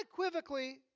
unequivocally